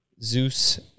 Zeus